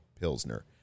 pilsner